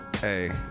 hey